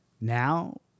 now